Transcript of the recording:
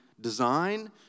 design